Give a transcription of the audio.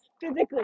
physically